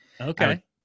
Okay